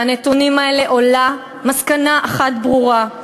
מהנתונים האלה עולה מסקנה אחת ברורה: